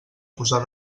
posar